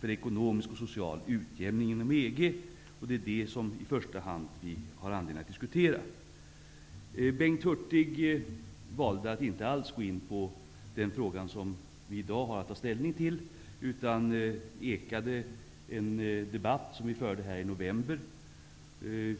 för ekonomisk och social utjämning inom EG. Det är det som vi i första hand har anledning att diskutera. Bengt Hurtig valde att inte alls gå in på den fråga som vi i dag har att ta ställning till, utan ekade en debatt som vi förde i november.